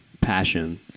passion